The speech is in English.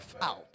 out